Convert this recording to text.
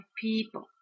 people